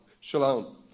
shalom